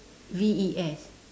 V E S